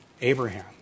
Abraham